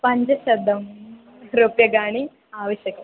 पञ्चशतं रूप्यकाणि आवश्यकम्